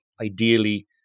ideally